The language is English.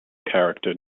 character